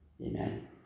Amen